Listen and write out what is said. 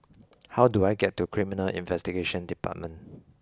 how do I get to Criminal Investigation Department